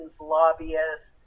lobbyists